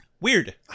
Weird